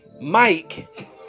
Mike